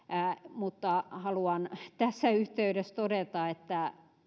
mutta haluan tässä yhteydessä todeta että